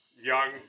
young